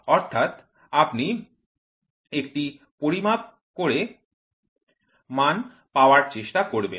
অর্থাৎ আপনি একটি পরিমাপ করে মান পাওয়ার চেষ্টা করবেন